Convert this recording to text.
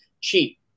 cheap